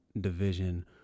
division